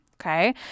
Okay